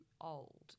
old